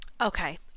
Okay